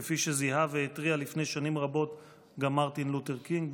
כפי שזיהה והתריע לפני שנים רבות גם מרטין לותר קינג,